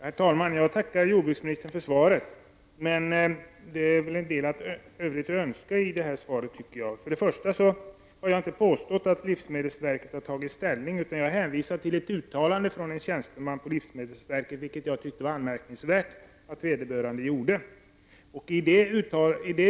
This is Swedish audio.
Herr talman! Jag tackar jordbruksministern för svaret, men det lämnar något övrigt att önska. Jag har inte påstått att livsmedelsverket har tagit ställning i frågan. Jag hänvisade till ett uttalande från en tjänsteman på livsmedelsverket. Jag ansåg att det var anmärkningsvärt att vederbörande gjorde det uttalandet.